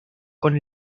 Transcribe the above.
con